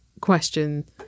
question